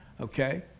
Okay